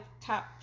top